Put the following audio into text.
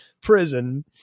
prison